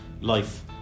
life